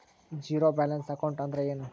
Zero balance account ಅಂದ್ರ ಏನು?